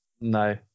No